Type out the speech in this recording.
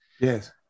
Yes